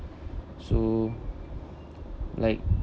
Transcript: so like